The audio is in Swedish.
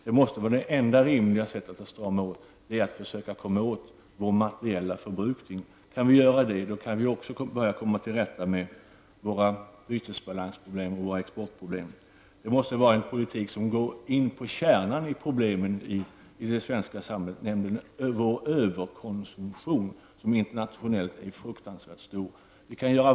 Det enda rimliga sättet att strama åt är att försöka angripa vår materiella förbrukning. Kan vi göra det, kan vi också börja komma till rätta med våra bytesbalansproblem och våra exportproblem. Det måste vara en politik som går in i kärnan av problemen i det svenska samhället, nämligen vår överkonsumtion, som internationellt är fruktansvärt stor.